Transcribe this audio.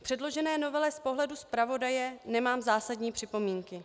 K předložené novele z pohledu zpravodaje nemám zásadní připomínky.